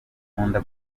nkunda